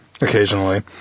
occasionally